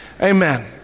Amen